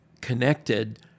connected